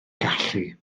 gallu